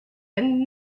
and